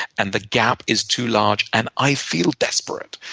and the gap is too large, and i feel desperate.